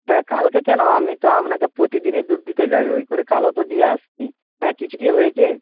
হ্যাঁ কালকে কেন আমি তো আপনাকে প্রতিদিনই দুধ দিতে যাই ওই করে কালও তো দিয়ে এসেছি হ্যাঁ কিছু কি হয়েছে